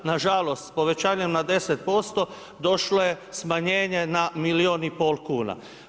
Na žalost, povećanjem na 10% došlo je smanjenje na milijun i pol kuna.